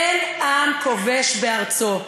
אין עם כובש בארצו.